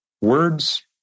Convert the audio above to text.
Words